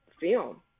film